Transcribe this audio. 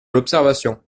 l’observation